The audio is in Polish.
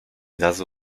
razu